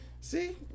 See